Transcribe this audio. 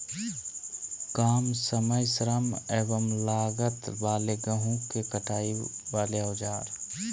काम समय श्रम एवं लागत वाले गेहूं के कटाई वाले औजार?